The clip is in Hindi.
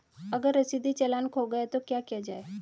अगर रसीदी चालान खो गया तो क्या किया जाए?